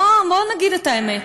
בוא נגיד את האמת,